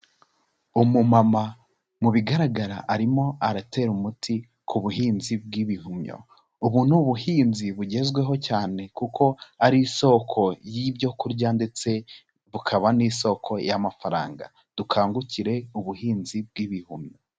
Umumama mu bigaragara arimo aratera umuti ku buhinzi bw'ibihumyo, ubu ni ubuhinzi bugezweho cyane kuko ari isoko y'ibyo kurya ndetse bukaba n'isoko y'amafaranga dukangukire ubuhinzi bw'ibihumyo.